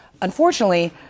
Unfortunately